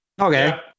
Okay